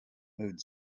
mood